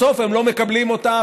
בסוף הם לא מקבלים אותה.